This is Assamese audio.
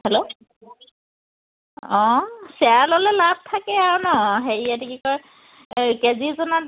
হেল্ল' অঁ লাভ থাকে আৰু ন অঁ হেৰি এইটো কি কয় কেজি